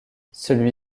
celui